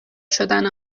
شدن